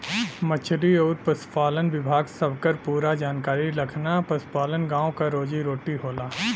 मछरी आउर पसुपालन विभाग सबकर पूरा जानकारी रखना पसुपालन गाँव क रोजी रोटी होला